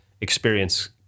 experience